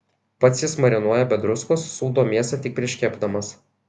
pats jis marinuoja be druskos sūdo mėsą tik prieš kepdamas